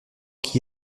qui